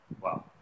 Wow